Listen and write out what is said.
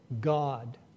God